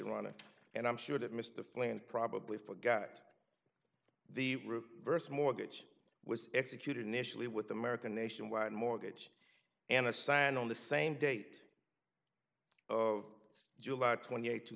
to and i'm sure that mr flynt probably forgot the verse mortgage was executed initially with american nationwide mortgage and i signed on the same date of july twenty eighth two